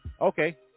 Okay